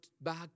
back